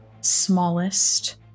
smallest